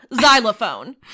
xylophone